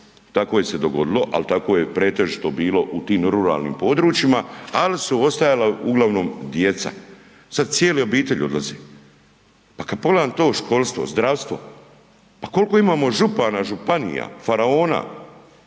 tako je se dogodilo, al tako je pretežito bilo u tim ruralnim područjima, al su ostajala uglavnom djeca, sad cijele obitelji odlaze. Pa kad pogledam to školstvo, zdravstvo, pa kolko imamo župana, županija, faraona,